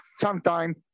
sometime